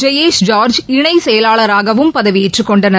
ஜெயேஷ் ஜா்ஜ் இணை செயவாளராகவும் பதவியேற்றுக் கொண்டனர்